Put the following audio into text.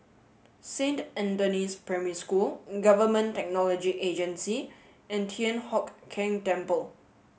Saint Anthony's Primary School Government Technology Agency and Thian Hock Keng Temple